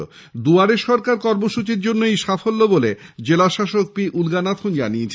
দুয়ারে সরকার কর্মসূচীর জন্যই এই সাফল্য বলে জেলাশাসক পিউল্লানাথন জানিয়েছেন